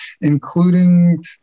including